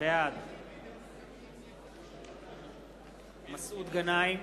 בעד מסעוד גנאים,